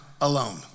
alone